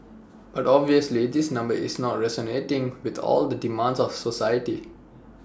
but obviously this number is not resonating with all the demands of society